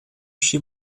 she